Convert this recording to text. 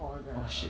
for the